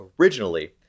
originally